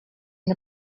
can